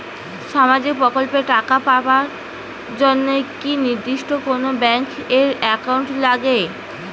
সামাজিক প্রকল্পের টাকা পাবার জন্যে কি নির্দিষ্ট কোনো ব্যাংক এর একাউন্ট লাগে?